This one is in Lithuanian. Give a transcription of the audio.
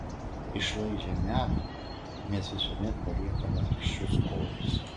išlaižę medų mes visuomet paliekame tuščius korius